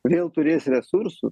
vėl turės resursų